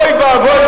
אוי ואבוי,